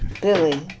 Billy